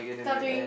top three